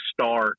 start